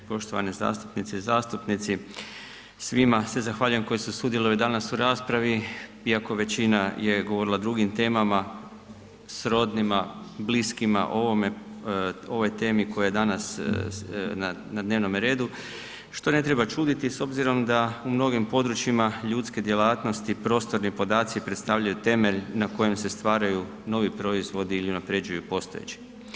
Poštovane zastupnice i zastupnici, svima se zahvaljujem koji su sudjelovali danas u raspravi iako većina je govorila o drugim temama, srodnima, bliskima o ovoj temi koja je danas na dnevnome redu što ne treba čuditi s obzirom da u mnogim područjima ljudske djelatnosti prostorni podaci predstavljaju temelj na kojem se stvaraju novi proizvodi ili unaprjeđuju postojeći.